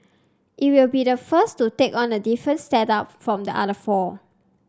it will be the first to take on a different setup from the other four